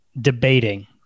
debating